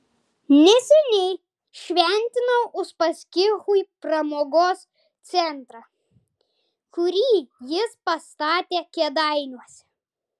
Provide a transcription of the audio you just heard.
neseniai šventinau uspaskichui pramogos centrą kurį jis pastatė kėdainiuose